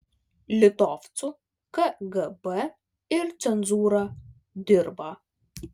litovcų kgb ir cenzūra dirba